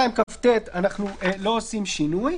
בסעיף 22כט אנחנו לא עושים שינוי.